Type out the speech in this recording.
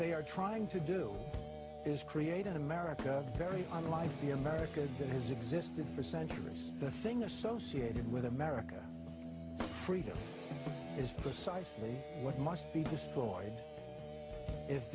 they are trying to do is create an america very unlike the america that has existed for centuries the thing associated with america freedom is precisely what must be destroyed if